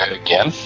again